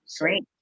Great